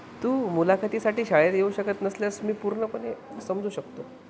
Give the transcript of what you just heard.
तू मुलाखतीसाठी शाळेत येऊ शकत नसल्यास मी पूर्णपणे समजू शकतो